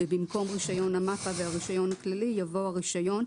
ובמקום "רישיון המפ"א" ו"הרישיון הכללי" יבוא "הרישיון",